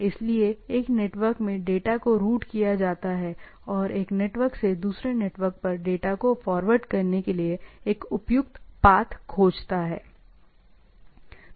इसलिए एक नेटवर्क में डाटा को रूट किया जाता है और एक नेटवर्क से दूसरे नेटवर्क पर डेटा को फॉरवर्ड करने के लिए एक उपयुक्त पाथ खोजता है